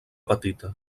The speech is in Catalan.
petita